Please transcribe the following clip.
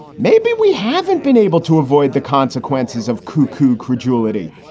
maybe we haven't been able to avoid the consequences of coocoo credulity.